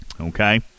Okay